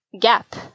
gap